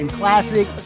classic